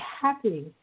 happy